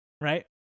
right